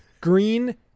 Green